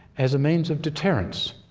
as a means of deterrence.